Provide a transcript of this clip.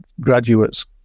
graduates